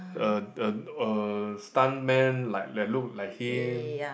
a a a stuntman like that look like him